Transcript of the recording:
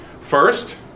First